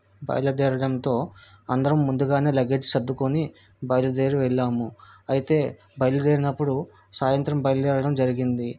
బయలుదేరడంతో అందరం ముందుగానే లగేజ్ సర్దుకోని బయలుదేరి వెళ్ళాము అయితే బయలుదేరినప్పుడు సాయంత్రం బయలుదేరడం జరిగింది